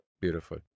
Beautiful